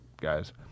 guys